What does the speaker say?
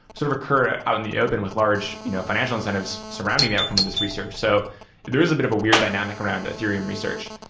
sort of occur out in the open with large you know financial incentives surrounding the outcome of this research. so there is a bit of a weird dynamic around ethereum research.